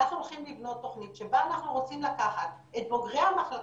אנחנו הולכים לבנות תוכנית שבה אנחנו רוצים לקחת את בוגרי המחלקות,